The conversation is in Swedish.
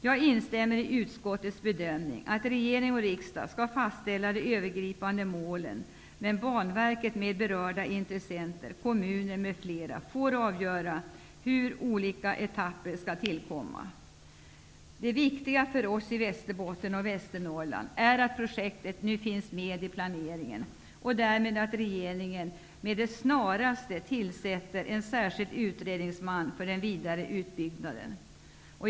Jag instämmer i utskottets bedömning att regering och riksdag skall fastställa de övergripande målen, men Banverket med berörda intressenter -- kommuner m.fl. -- får avgöra hur olika etapper skall tillkomma. Det viktiga för oss i Västerbotten och Västernorrland är att projektet nu finns med i planeringen. Därmed bör regeringen med det snaraste tillsätta en särskild utredningsman som skall utreda den vidare utbyggnaden.